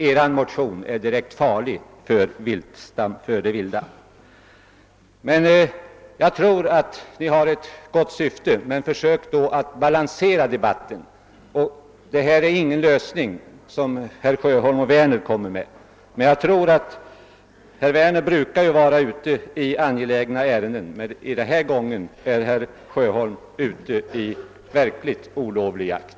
Er motion är direkt farlig för det vilda. Jag tror att ni motionärer har ett gott syfte, men försök då att balansera debatten! Det är ingen lösning som herrar Sjöholm och Werner erbjuder. Herr Werner brukar vara ute i angelägna ärenden, men herr Sjöholm är den här gången ute på verkligt olovlig jakt.